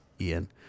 Ian